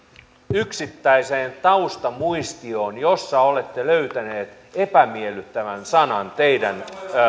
yksittäiseen taustamuistioon josta olette löytäneet epämiellyttävän sanan teidän